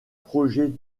projet